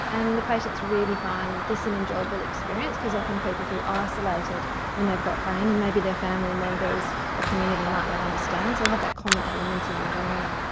and the patients really find this an enjoyable experience because often people feel ah isolated when they've got pain, and maybe their family members or community might not understand. so they have that common element in the room.